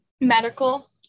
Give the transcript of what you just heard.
medical